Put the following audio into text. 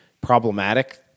problematic